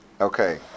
Okay